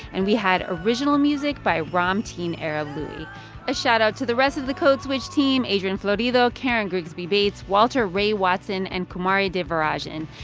and we had original music by ramtin arablouei. a shout out to the rest of the code switch team adrian florido, karen grigsby bates, walter ray watson and kumari devarajan.